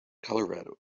colorado